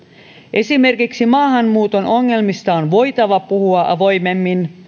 esimerkiksi maahanmuuton ongelmista on voitava puhua avoimemmin